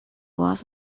was